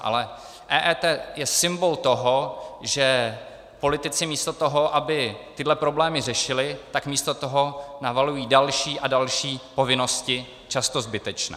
Ale EET je symbol toho, že politici místo toho, aby tyhle problémy řešili, místo toho navalují další a další povinnosti, často zbytečné.